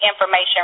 information